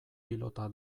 pilota